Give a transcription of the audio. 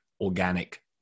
organic